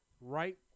right